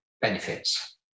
benefits